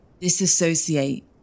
disassociate